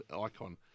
icon